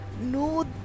no